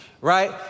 right